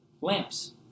lamps